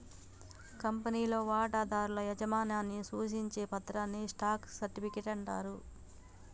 కంపెనీలో వాటాదారుల యాజమాన్యాన్ని సూచించే పత్రాన్ని స్టాక్ సర్టిఫికెట్ అంటారు